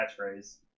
catchphrase